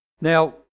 now